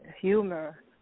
humor